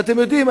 אתם יודעים,